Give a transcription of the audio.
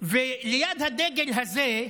וליד הדגל הזה,